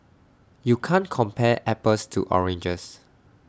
you can't compare apples to oranges